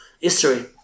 history